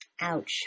Ouch